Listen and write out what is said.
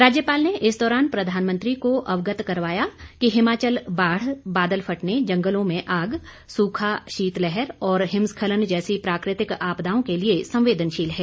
राज्यपाल ने इस दौरान प्रधानमंत्री को अवगत करवाया कि हिमाचल बाढ़ बादल फटने जंगलों में आग सूखा शीतलहर और हिमस्खलन जैसी प्राकृतिक आपदाओं के लिए संवेदनशील है